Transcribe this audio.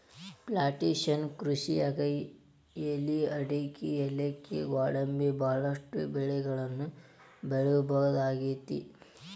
plantation ಕೃಷಿಯಾಗ್ ಎಲಿ ಅಡಕಿ ಯಾಲಕ್ಕಿ ಗ್ವಾಡಂಬಿ ಬಹಳಷ್ಟು ಬೆಳಿಗಳನ್ನ ಬೆಳಿಬಹುದಾಗೇತಿ